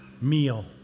meal